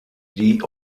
die